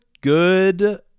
good